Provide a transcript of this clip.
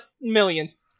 millions